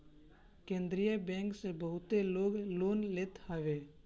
केंद्रीय बैंक से बहुते लोग लोन लेत हवे